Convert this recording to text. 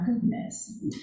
goodness